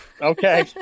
Okay